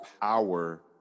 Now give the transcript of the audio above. power